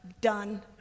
done